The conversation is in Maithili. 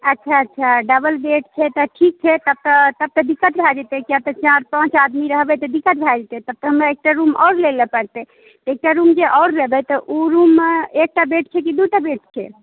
अच्छा अच्छा डबल बेड छै तऽ ठीक छै तब तऽ दिक्कत भए जेतै कियाक तऽ चारि पाँच आदमी रहबै तऽ दिक्कत भऽ जेतै तऽ हमरा एकटा रूम आओर लै लेल पड़तै एकटा रूम जे आओर लेबै तऽ ओ रूममे एकटा बेड छै कि दूटा बेड छै